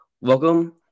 Welcome